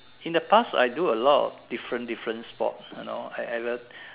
in the past I do a lot of different different sports you know I I